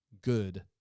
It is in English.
good